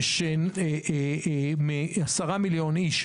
גם לאורך הזמן ליותר ויותר אחוזים מהחברה הישראלית,